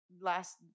last